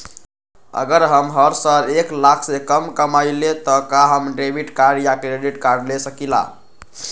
अगर हम हर साल एक लाख से कम कमावईले त का हम डेबिट कार्ड या क्रेडिट कार्ड ले सकीला?